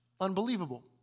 unbelievable